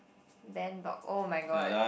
Ben bought oh-my-god